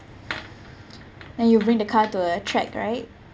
then you bring the car to a track right